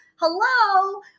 hello